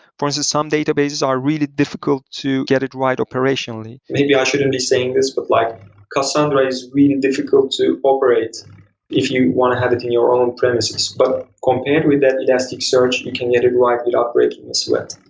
for instance, some databases are really difficult to get it right operationally. maybe i shouldn't be saying this, but like cassandra is really difficult to operate if you want to have it in your own premises. but compared with that elasticsearch, you can get it right without breaking a sweat.